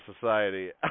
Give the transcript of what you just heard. Society